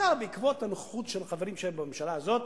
בעיקר בעקבות הנוכחות של חברים בממשלה הזאת,